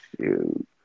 Shoot